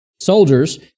soldiers